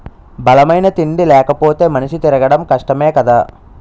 బలమైన తిండి లేపోతే మనిషి తిరగడం కష్టమే కదా